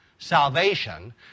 salvation